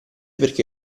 perché